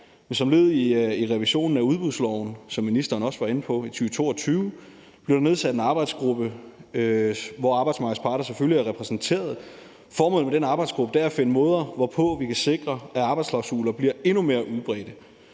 Men som led i revisionen af udbudsloven i 2022 blev der, som ministeren også var inde på, nedsat en arbejdsgruppe, hvor arbejdsmarkedets parter selvfølgelig er repræsenteret. Formålet med den arbejdsgruppe er at finde måder, hvorpå vi kan sikre, at arbejdsklausuler bliver endnu mere udbredte,